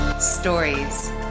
stories